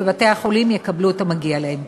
ובתי-החולים יקבלו את המגיע להם.